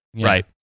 right